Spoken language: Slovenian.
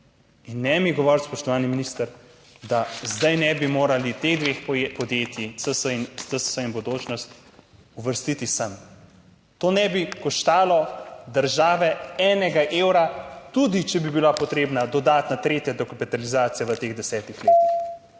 je. Ne mi govoriti, spoštovani minister, da zdaj ne bi mogli teh dveh podjetij, CSS in Bodočnost, uvrstiti sem. To ne bi koštalo države enega evra, tudi če bi bila potrebna dodatna, tretja dokapitalizacija v teh 10 letih.